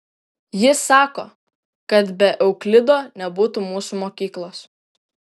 jis sako kad be euklido nebūtų mūsų mokyklos